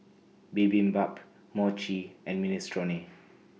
Bibimbap Mochi and Minestrone